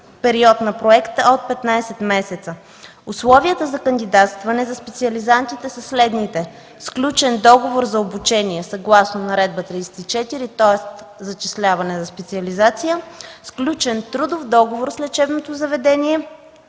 период на проекта от 15 месеца. Условията за кандидатстване за специализантите са следните: сключен договор за обучение съгласно Наредба № 34 – тоест зачисляване на специализация, сключен трудов договор с лечебното заведение,